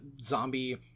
zombie